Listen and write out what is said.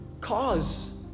Cause